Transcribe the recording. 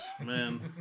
Man